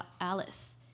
Alice